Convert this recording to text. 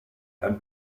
and